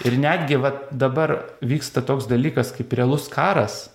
ir netgi va dabar vyksta toks dalykas kaip realus karas